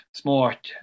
smart